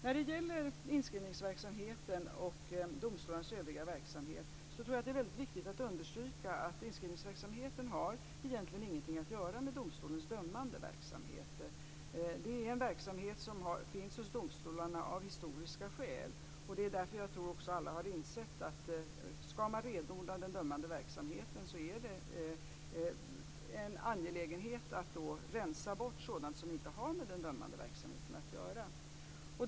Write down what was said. När det gäller inskrivningsverksamheten och domstolarnas övriga verksamhet tror jag att det är väldigt viktigt att understryka att inskrivningsverksamheten egentligen inte har något att göra med domstolarnas dömande verksamhet. Det är en verksamhet som finns hos domstolarna av historiska skäl. Det är därför som jag tror att alla har insett att om den dömande verksamheten ska renodlas så är det angeläget att rensa bort sådant som inte har med den dömande verksamheten att göra.